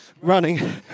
running